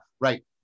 right